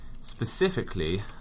specifically